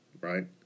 right